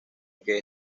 que